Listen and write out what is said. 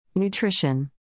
Nutrition